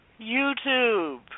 YouTube